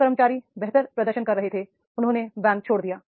जो कर्मचारी बेहतर प्रदर्शन कर रहे थे उन्होंने बैंक छोड़ दिया